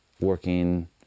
working